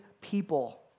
people